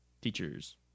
Teachers